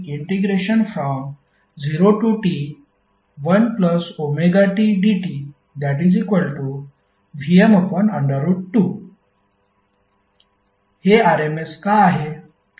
Vrms1T0TVm2ωt dtVm2T0T1ωt dt Vm2 हे RMS का आहे